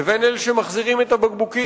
לבין אלה שמחזירים את הבקבוקים.